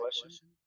question